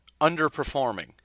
Underperforming